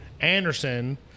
Anderson